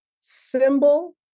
symbol